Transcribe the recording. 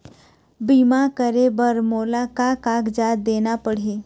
बीमा करे बर मोला का कागजात देना पड़ही?